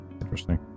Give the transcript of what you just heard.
interesting